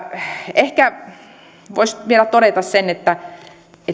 ehkä voisi vielä todeta sen että